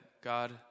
God